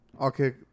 Okay